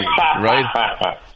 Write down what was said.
right